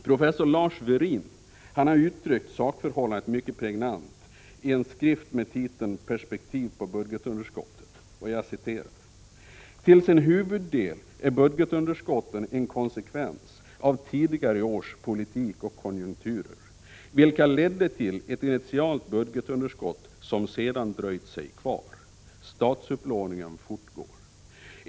Professor Lars Werin har uttryckt sakförhållandet mycket pregnant i en skrift med titeln Perspektiv på budgetunderskottet: Till sin huvuddel är budgetunderskotten en konsekvens av tidigare års politik och konjunkturer, vilka ledde till ett initialt budgetunderskott som sedan dröjt sig kvar: statsupplåningen fortgår.